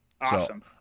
awesome